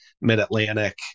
Mid-Atlantic